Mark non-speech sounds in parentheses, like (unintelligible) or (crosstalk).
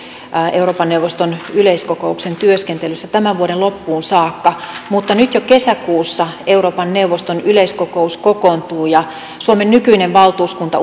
euroopan neuvoston yleiskokouksen työskentelystä tämän vuoden loppuun saakka mutta nyt jo kesäkuussa euroopan neuvoston yleiskokous kokoontuu ja suomen nykyinen valtuuskunta (unintelligible)